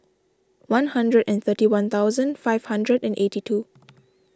one hundred and thirty one thousand five hundred and eighty two